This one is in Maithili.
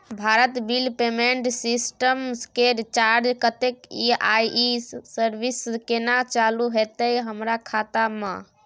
भारत बिल पेमेंट सिस्टम के चार्ज कत्ते इ आ इ सर्विस केना चालू होतै हमर खाता म?